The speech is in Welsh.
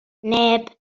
neb